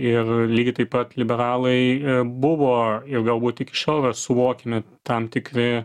ir lygiai taip pat liberalai buvo ir galbūt tik šiol yra suvokiami tam tikri